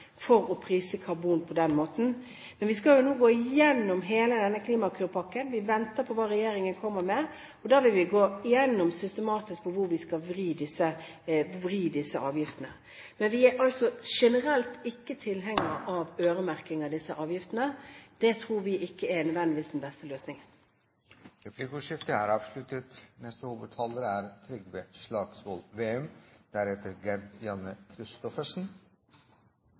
for å prise karbon på den måten. Men vi skal jo nå gå gjennom hele denne Klimakur-pakken. Vi venter på hva regjeringen kommer med, og da vil vi systematisk gå gjennom hvor vi skal vri disse avgiftene. Men vi er altså generelt ikke tilhengere av øremerking av disse avgiftene. Det tror vi ikke nødvendigvis er den beste løsningen. Replikkordskiftet er omme. Det er